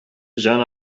җан